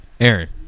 Aaron